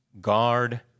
Guard